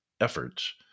efforts